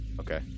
Okay